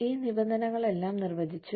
ഈ നിബന്ധനകളെല്ലാം നിർവചിച്ചു